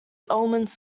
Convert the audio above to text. omens